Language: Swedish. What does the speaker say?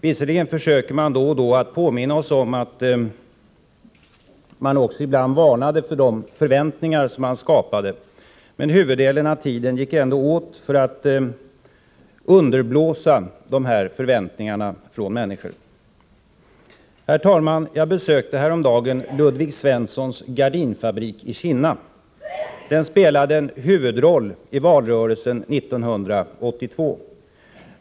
Visserligen försökte man då och då att påminna oss om att man också ibland varnade för de förväntningar som man skapade, men huvuddelen av tiden gick ändå åt till att underblåsa de här förväntningarna hos människor. Herr talman! Jag besökte häromdagen Ludvig Svenssons gardinfabrik i Kinna. Den spelade en huvudroll i valrörelsen 1982.